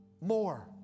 More